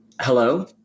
Hello